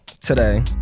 today